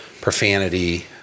profanity